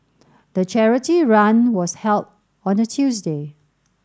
the charity run was held on a Tuesday